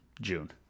June